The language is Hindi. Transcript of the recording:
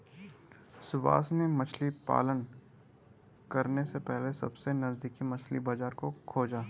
सुभाष ने मछली पालन करने से पहले सबसे नजदीकी मछली बाजार को खोजा